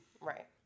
Right